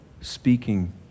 speaking